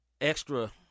extra